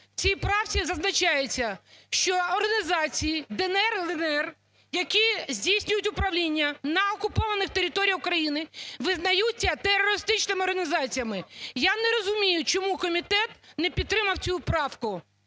в цій правці зазначається, що організації "ДНР-ЛНР", які здійснюють управління на окупованих територіях України, визнаються терористичними організаціями. Я не розумію, чому комітет не підтримав цю правку,